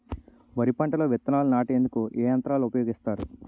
వరి పంటలో విత్తనాలు నాటేందుకు ఏ యంత్రాలు ఉపయోగిస్తారు?